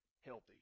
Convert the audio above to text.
healthy